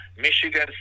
Michigan